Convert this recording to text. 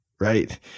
right